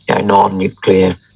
non-nuclear